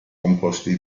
composti